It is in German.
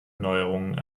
neuerungen